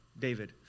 David